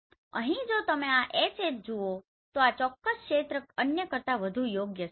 તો અહીં જો તમે આ HH જુઓ તો આ ચોક્કસ ક્ષેત્ર અન્ય કરતાં વધુ યોગ્ય છે